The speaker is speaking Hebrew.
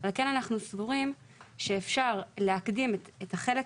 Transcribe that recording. על כן אנחנו סבורים שאפשר להקדים את החלק